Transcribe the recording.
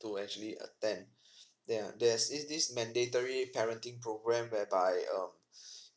to actually attend then there is mandatory parenting program whereby um